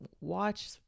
watch